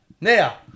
Now